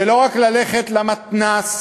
ולא רק ללכת למתנ"ס,